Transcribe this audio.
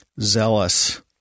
zealous